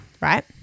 right